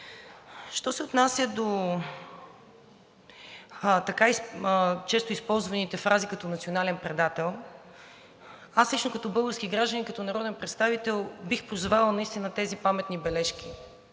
Що се отнася до често използваните фрази като „национален предател“, аз лично като български гражданин и като народен представител бих призовала наистина тези паметни бележки,